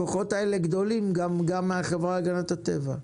לגבי מקומות אחרים הכוחות האלה גדולים גם מן החברה להגנת הטבע.